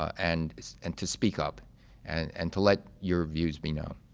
and and to speak up and and to let your views be known.